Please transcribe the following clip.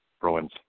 Bruins